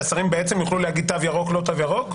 שהשרים יוכלו בעצם להגיד תו ירוק, לא תו ירוק?